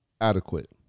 adequate